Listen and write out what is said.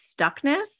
stuckness